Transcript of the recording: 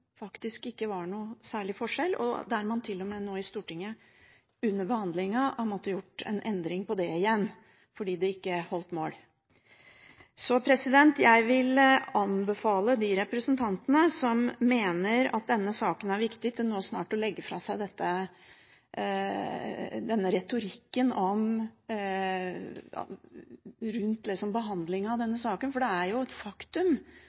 faktisk ikke var noe særlig forskjellig, og der man til og med nå under behandlingen i Stortinget igjen har måttet gjøre en endring på det fordi det ikke holdt mål. Jeg vil anbefale de representantene som mener at denne saken er viktig, nå snart å legge fra seg denne retorikken rundt behandlingen av denne saken. Det er jo et faktum